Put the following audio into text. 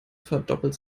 verdoppelt